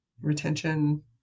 retention